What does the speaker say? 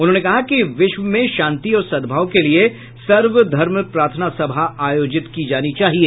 उन्होंने कहा कि विश्व में शांति और सद्भाव के लिये सर्व धर्म प्रार्थना सभा आयोजित की जानी चाहिए